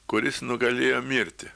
kuris nugalėjo mirtį